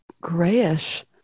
grayish